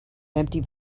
empty